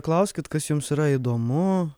klauskit kas jums yra įdomu